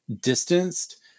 distanced